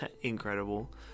incredible